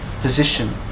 position